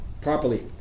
properly